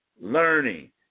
learning